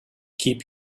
keep